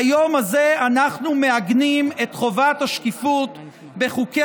ביום הזה אנחנו מעגנים את חובת השקיפות בחוקי